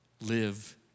Live